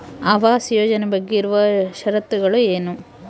ಆವಾಸ್ ಯೋಜನೆ ಬಗ್ಗೆ ಇರುವ ಶರತ್ತುಗಳು ಏನು?